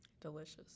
Delicious